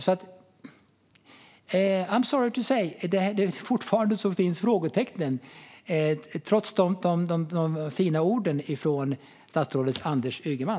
I ́m sorry to say, men frågetecknen finns fortfarande trots de fina orden från statsrådet Anders Ygeman.